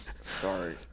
Sorry